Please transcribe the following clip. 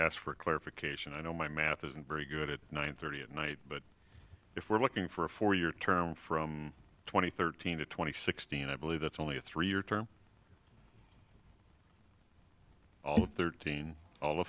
ask for clarification i know my math isn't very good at nine thirty at night but if we're looking for a four year term from two thousand and thirteen to twenty sixteen i believe that's only a three year term of thirteen